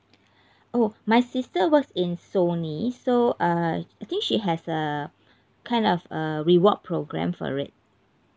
oh my sister works in sony so uh I think she has a kind of a reward programme for it